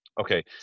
Okay